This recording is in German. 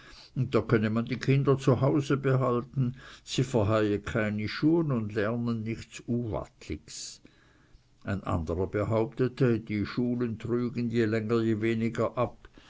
und da könne man die kinder bei hause behalten sie verheye keiner schuh und lernen nichts uwatligs ein anderer behauptete die schulen trügen je länger je weniger ab